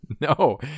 No